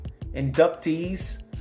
inductees